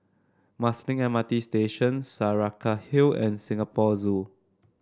Marsiling M R T Station Saraca Hill and Singapore Zoo